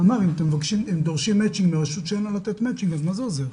אם אתם דורשים מצ'ינג מרשות שאין לה לתת מצ'ינג אז מה זה עוזר?